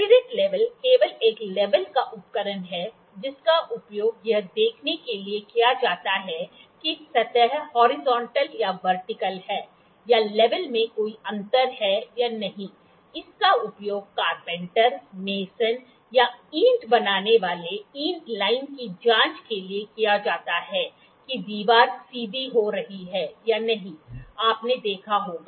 spirit level केवल एक level का उपकरण है जिसका उपयोग यह देखने के लिए किया जाता है कि सतह हॉरिजॉन्टल या वर्टिकल है या लेवल में कोई अंतर है या नहीं इसका उपयोग कारपेंटर मेसन या ईंट बनाने वाली ईंट लाइन की जाँच के लिए किया जाता है कि दीवार सीधी हो रही है या नहीं आपने देखा होगा